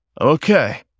Okay